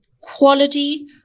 quality